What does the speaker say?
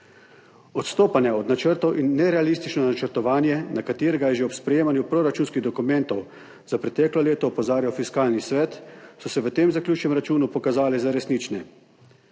Odstopanja od načrtov in nerealistično načrtovanje, na katero je že ob sprejemanju proračunskih dokumentov za preteklo leto opozarjal Fiskalni svet, so se v tem zaključnem računu pokazali za resnične.